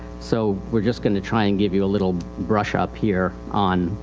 so weire just going to try and give you a little brush-up here on,